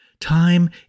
Time